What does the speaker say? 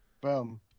Boom